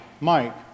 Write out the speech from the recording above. Mike